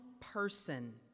person